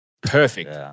perfect